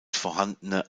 vorhandene